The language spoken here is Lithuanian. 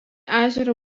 ežero